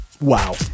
wow